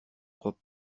crois